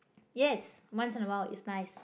yes once in awhile it's nice